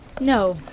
No